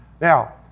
Now